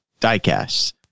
diecast